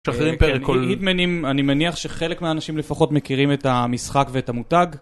אני מניח שחלק מהאנשים לפחות מכירים את המשחק ואת המותג.